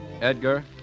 Edgar